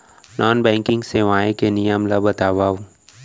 Non banking सेवाएं के नियम ला बतावव?